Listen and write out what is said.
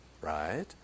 right